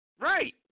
Right